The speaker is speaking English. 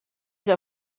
your